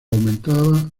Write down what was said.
aumentaba